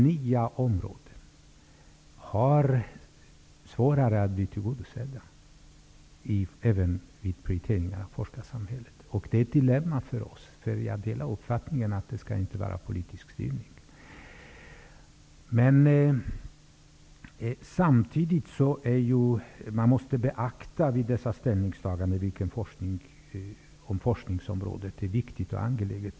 Nya områden har svårare att bli tillgodosedda även vid prioriteringar av forskarsamhället. Det är ett dilemma för oss. Jag delar uppfattningen att det inte skall vara en politisk styrning. Samtidigt måste man vid dessa ställningstaganden beakta om forskningsområdet är viktigt och angeläget.